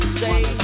say